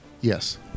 Yes